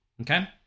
okay